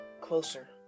closer